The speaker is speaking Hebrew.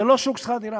זה לא שוק שכר-דירה.